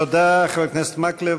תודה, חבר הכנסת מקלב.